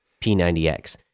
P90X